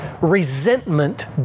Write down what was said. resentment